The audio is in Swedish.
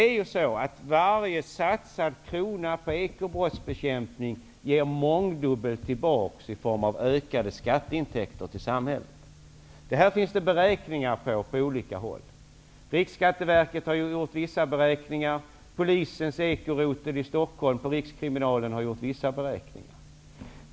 Varje krona som satsas på ekobrottsbekämpning ger mångdubbelt tillbaka i form av ökade skatteintäkter till samhället. Det finns det beräkningar på, utförda på olika håll. Riksskatteverket har gjort vissa beräkningar, och polisens ekorotel på Rikskriminalen i Stockholm har gjort vissa beräkningar.